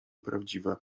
prawdziwe